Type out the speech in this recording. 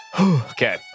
Okay